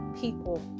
people